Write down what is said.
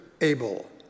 Abel